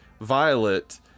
Violet